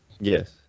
Yes